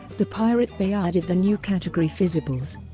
the pirate bay added the new category physibles.